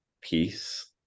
peace